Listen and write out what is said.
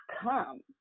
come